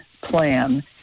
plan